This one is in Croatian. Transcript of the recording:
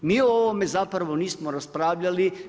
Mi o ovome zapravo nismo raspravljali.